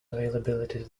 availability